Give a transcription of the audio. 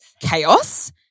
chaos